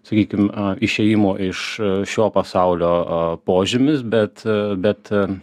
sakykim išėjimo iš šio pasaulio požymis bet bet